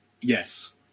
Yes